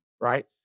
right